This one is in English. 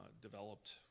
developed